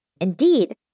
Indeed